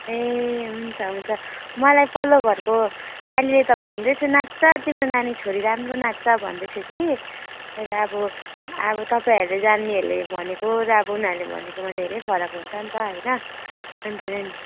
ए हुन्छ हुन्छ मलाई पल्लो घरको साइँलीले त भन्दै थियो नाच्छ तिम्रो नानी छोरी राम्रो नाच्छ भन्दै थियो कि तर अब अब तपाईँहरूले जान्नेहरूले भनेको र अब उनीहरूले भनेकोमा धेरै फरक हुन्छ नि त होइन अन्त र नि